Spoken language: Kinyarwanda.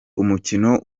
umukino